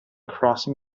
crossing